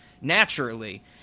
naturally